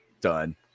done